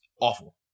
awful